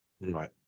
right